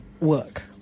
work